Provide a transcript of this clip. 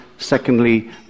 Secondly